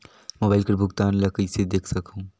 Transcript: Mobile कर भुगतान ला कइसे देख सकहुं?